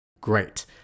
Great